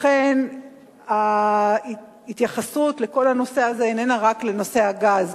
לכן ההתייחסות לכל הנושא הזה איננה רק בנושא הגז.